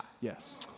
Yes